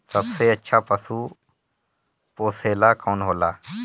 सबसे अच्छा पशु पोसेला कौन होला?